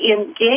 engage